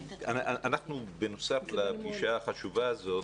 בנוסף לפגישה החשובה הזאת,